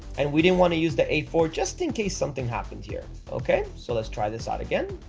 and we didn't want to use the a four just in case something happened here okay, so let's try this out again